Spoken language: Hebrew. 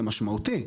זה משמעותי.